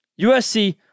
USC